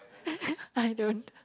I don't